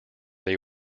they